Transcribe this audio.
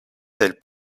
del